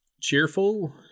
cheerful